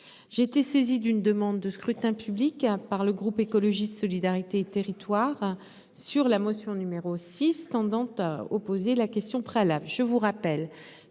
j'ai été saisi d'une demande de scrutin public par le groupe écologiste solidarité et territoires sur la motion numéro 6 tendant à opposer la question préalable. Je vous rappelle